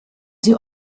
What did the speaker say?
sie